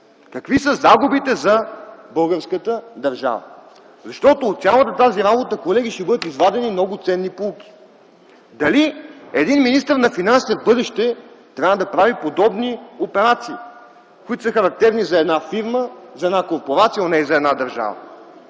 какви са загубите за българската държава? Защото от цялата тази работа, колеги, ще бъдат извадени много ценни поуки. Дали един министър на финансите в бъдеще трябва да прави подобни операции, които са характерни за една фирма, за една корпорация, но не и за една държава.